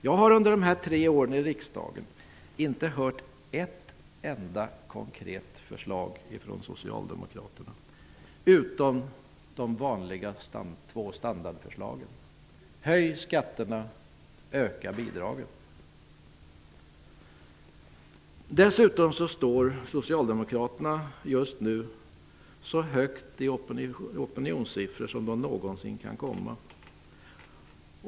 Jag har under de här tre åren i riksdagen inte hört ett enda konkret förslag från Socialdemokraterna förutom de två vanliga standardförslagen: Höj skatterna! Öka bidragen! Dessutom står socialdemokraterna just nu så högt i opinionssiffror som de någonsin kan komma.